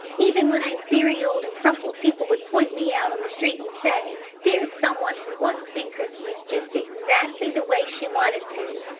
even when i'm very old and crumpled people would point me out on the street and say there's some one who once spent christmas just exactly the way she wanted to'!